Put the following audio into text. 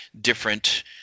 different